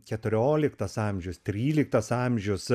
keturioliktas amžius tryliktas amžius